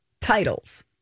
titles